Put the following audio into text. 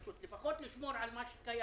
צריך לפחות לשמור על מה שקיים.